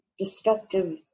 destructive